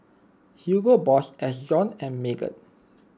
Hugo Boss Ezion and Megan